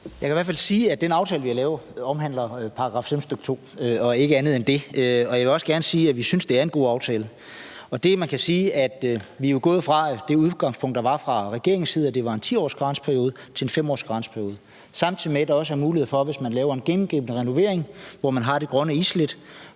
Jeg kan i hvert fald sige, at den aftale, vi har lavet, omhandler § 5, stk. 2, og ikke andet end det. Jeg vil også gerne sige, at vi synes, det er en god aftale. Det, man kan sige, er, at vi jo er gået fra det udgangspunkt, der var fra regeringens side, om en 10-årig karensperiode til en 5-årig karensperiode, samtidig med at der også er mulighed for, hvis man laver en gennemgribende renovering, hvor man har det grønne islæt